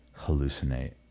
hallucinate